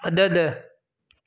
मदद